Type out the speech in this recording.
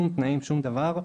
שום תנאים ושום דבר,